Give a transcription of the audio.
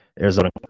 Arizona